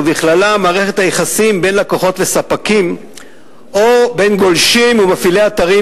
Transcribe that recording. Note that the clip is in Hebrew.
ובכללן מערכת היחסים בין לקוחות לספקים או בין גולשים ומפעילי אתרים,